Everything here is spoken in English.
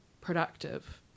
productive